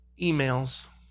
emails